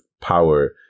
power